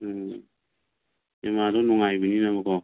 ꯎꯝ ꯁꯤꯅꯦꯃꯥꯗꯨ ꯅꯨꯡꯉꯥꯏꯕꯅꯤꯅꯕꯀꯣ